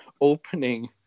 opening